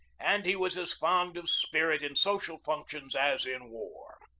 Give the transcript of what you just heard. and he was as fond of spirit in social functions as in war.